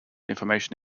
information